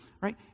right